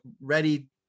ready